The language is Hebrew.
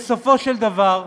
בסופו של דבר,